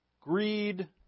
greed